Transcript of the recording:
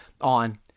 on